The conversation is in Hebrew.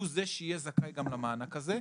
הוא זה שיהיה זכאי גם למענק הזה.